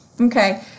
Okay